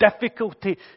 difficulty